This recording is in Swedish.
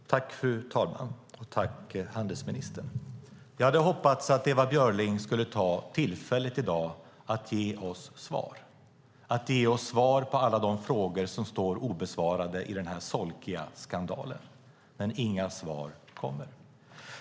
Fru talman! Jag tackar handelsministern, men jag hade hoppats att Ewa Björling skulle ta tillfället i dag att ge oss svar på alla de frågor som är obesvarade i denna solkiga skandal. Men inga svar kommer.